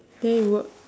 then it work